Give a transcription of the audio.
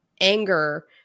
anger